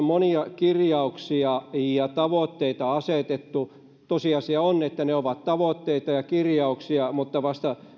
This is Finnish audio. monia kirjauksia ja tavoitteita asetettu tosiasia on että ne ovat tavoitteita ja kirjauksia mutta vasta